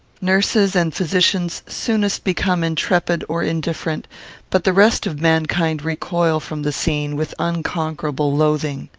nurses and physicians soonest become intrepid or indifferent but the rest of mankind recoil from the scene with unconquerable loathing.